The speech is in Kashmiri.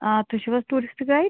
آ تُہۍ چھُو حظ ٹیٛوٗرِسٹہٕ گایِڈ